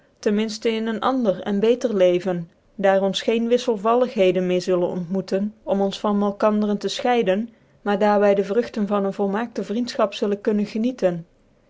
ten minften in ccn ander cn beter leven daar ons geen wilfelvallighcdcn meer zullen ontmoeten om ons van malkanderen tc fcheiden maar daar wy de vrugtcn van een volmaakte vriendfehap zullen konnen genieten